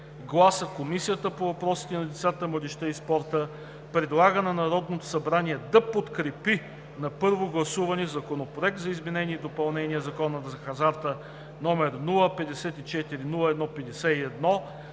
гласа, Комисията по въпросите на децата, младежта и спорта предлага на Народното събрание да подкрепи на първо гласуване Законопроект за изменение и допълнение на Закона за хазарта, № 054-01-51,